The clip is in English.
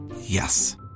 Yes